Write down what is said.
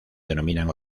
denominan